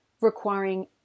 requiring